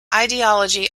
ideology